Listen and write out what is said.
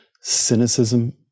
cynicism